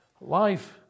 Life